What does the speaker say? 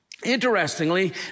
Interestingly